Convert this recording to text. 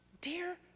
dear